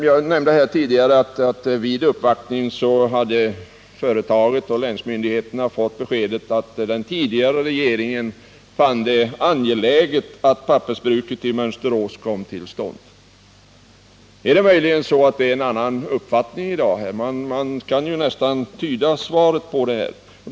Jag nämnde tidigare att företaget och länsmyndigheterna vid uppvaktning hos den tidigare regeringen hade fått besked att regeringen fann det angeläget att pappersbruket i Mönsterås kom till stånd. Är det möjligen så att det råder en annan uppfattning i dag? Man kan nästan tyda industriministerns interpellationssvar på det sättet.